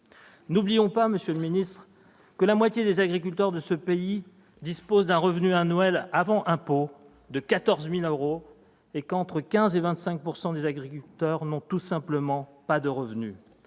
N'oublions pas, monsieur le ministre, que la moitié des agriculteurs de ce pays dispose d'un revenu annuel avant impôt de 14 000 euros, et qu'entre 15 % et 25 % des agriculteurs n'ont tout simplement pas de revenu.